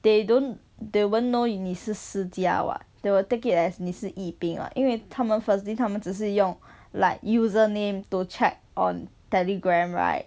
they don't they won't know 你是 si jia [what] they will take it as 你是 yi bing [what] 因为他们 firstly 他们只是用 like username to check on telegram right